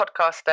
podcaster